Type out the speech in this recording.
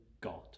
God